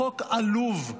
חוק עלוב,